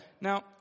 Now